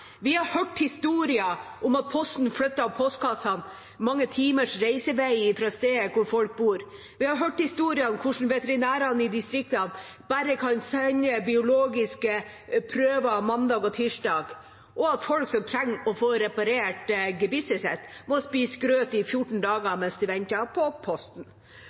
Vi har hørt historier om at Posten flytter postkassene mange timers reisevei fra steder hvor folk bor. Vi har hørt historier om hvordan veterinærene i distriktene bare kan sende biologiske prøver mandag og tirsdag, og at folk som trenger å få reparert gebisset sitt, må spise grøt i 14 dager mens de venter på posten.